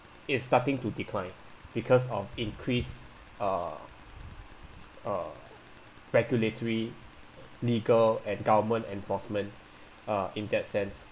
it's starting to decline because of increased uh uh regulatory legal and government enforcement uh in that sense